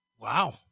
Wow